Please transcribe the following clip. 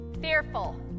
fearful